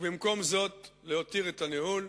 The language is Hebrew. ובמקום זה להותיר את הניהול